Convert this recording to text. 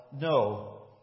no